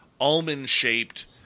almond-shaped